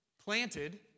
planted